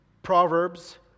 Proverbs